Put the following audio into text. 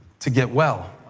to get well?